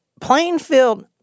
Plainfield